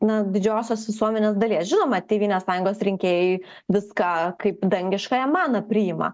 na didžiosios visuomenės dalies žinoma tėvynės sąjungos rinkėjai viską kaip dangiškąją maną priima